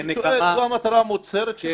אני שואל: זו המטרה המוצהרת של החוק?